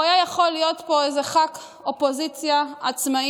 הוא היה יכול להיות פה איזה ח"כ אופוזיציה עצמאי